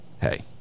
Hey